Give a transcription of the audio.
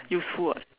useful [what]